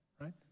right